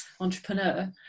entrepreneur